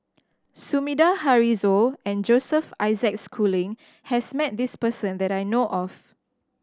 Sumida Haruzo and Joseph Isaac Schooling has met this person that I know of